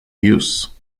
use